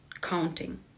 counting